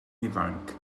ifanc